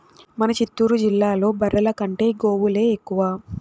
మన చిత్తూరు జిల్లాలో బర్రెల కంటే గోవులే ఎక్కువ